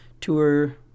tour